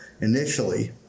initially